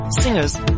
singers